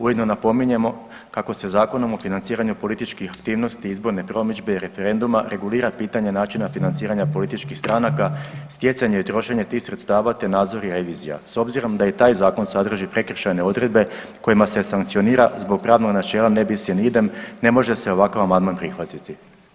Ujedno napominjemo kako se Zakonom o financiranju političkih aktivnosti, izborne promidžbe i referenduma regulira pitanje načina financiranja političkih stranaka, stjecanje i trošenje tih sredstava te nadzor i revizija s obzirom da i taj zakon sadrži prekršajne odredbe kojima se sankcionira zbog pravnog načela ne bis in idem ne može se ovakav amandman prihvatiti.